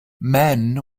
man